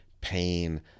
pain